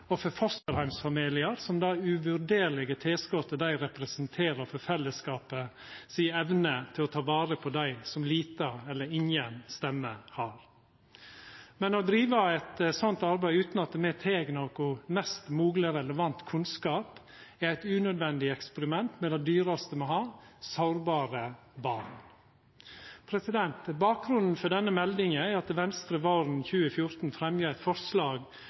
og for fosterheimsfamiliar, som det uvurderlege tilskottet dei representerer for fellesskapet si evne til å ta vare på dei som lita eller inga stemme har. Å driva eit slikt arbeid utan mest mogleg relevant kunnskap er eit unødvendig eksperiment med det dyraste me har – sårbare barn. Bakgrunnen for denne meldinga er at Venstre våren 2014 fremja eit forslag